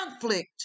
conflict